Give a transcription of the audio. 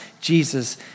Jesus